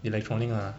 electronic ah